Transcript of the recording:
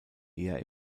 eher